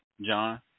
John